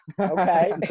Okay